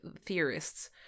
theorists